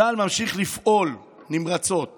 צה"ל ממשיך לפעול נמרצות